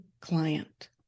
Client